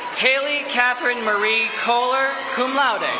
haley katherine marie kohler, cum laude.